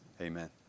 Amen